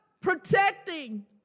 protecting